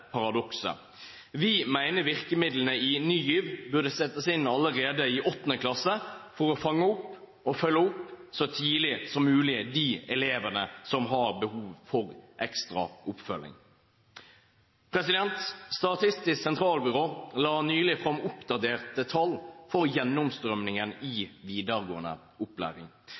virkemidlene i Ny GIV burde settes inn allerede i 8. klasse for å fange opp og følge opp så tidlig som mulig de elevene som har behov for ekstra oppfølging. Statistisk sentralbyrå la nylig fram oppdaterte tall for gjennomstrømningen i videregående opplæring.